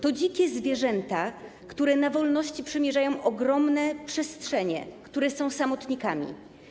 To dzikie zwierzęta, które na wolności przemierzają ogromne przestrzenie, które są samotnikami.